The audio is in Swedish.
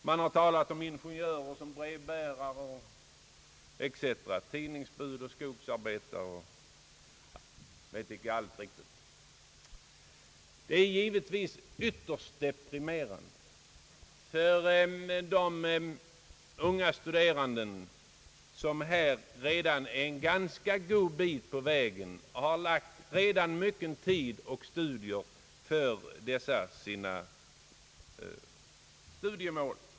Man har talat om ingenjörer som brevbärare, tidningsbud och skogsarbetare m.m. Detta är givetvis ytterst deprimerande för de unga studerande, som redan är en god bit på vägen och som lagt ned mycken tid för att nå sina studiemål.